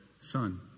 son